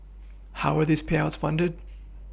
how were these payouts funded